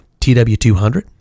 TW200